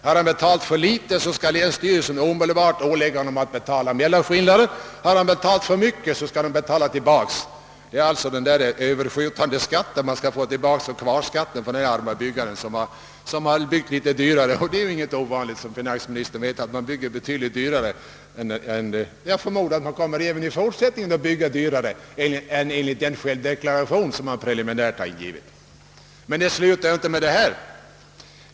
Har han betalat för litet, skall länsstyrelsen ålägga honom att omedelbart betala skillnaden, har han betalat för mycket, skall länsstyrelsen betala tillbaka den överskjutande skatten. Det blir en sorts överskjutande skatt, liksom det blir kvarskatt för den arme byggaren som har byggt litet dyrare än han räknat med. Det är, som finansministern vet, inget ovanligt att ett bygge blir betydligt dyrare än man räknat med, och jag förmodar att man även i fortsättningen kommer : att bygga dyrare än självdeklarationen preliminärt har angivit. Men det slutar inte med detta.